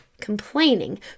complaining